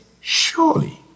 Surely